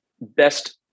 best